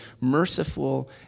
merciful